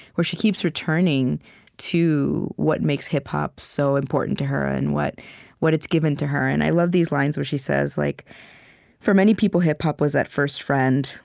where she keeps returning to what makes hip-hop so important to her and what what it's given to her. and i love these lines where she says like for many people, hip-hop was that first friend,